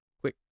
Quick